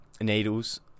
needles